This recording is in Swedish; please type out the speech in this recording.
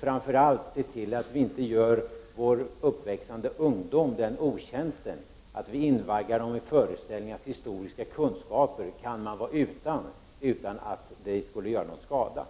Framför allt skall vi se till att inte göra vår uppväxande ungdom den otjänsten att vi invaggar dem i föreställningen att man kan vara förutan historiekunskaper, utan att det gör någon skada.